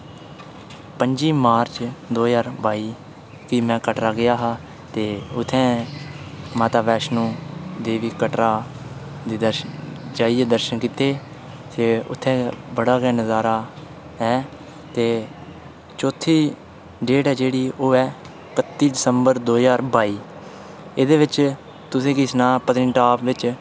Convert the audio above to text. पंजी मार्च दो ज्हार बाई गी में कटरा गेआ हा ते उत्थैं माता वैष्णो देवी कटरा दे दर्शन जाइयै दर्शन कीते ते उत्थैं बड़ा गै नजारा ऐ ते चौथी डेट ऐ जेह्ड़ी ओह् ऐ कत्ती दसम्बर दो ज्हार बाई एह्दे बिच्च तुसेंगी सनां पत्नीटाप बिच्च